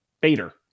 bader